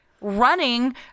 running